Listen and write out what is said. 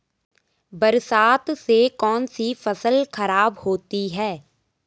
बरसात से कौन सी फसल खराब होती है?